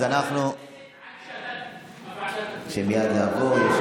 אז אנחנו מייד נעבור.